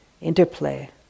interplay